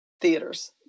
Theaters